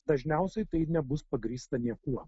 dažniausiai tai nebus pagrįsta niekuo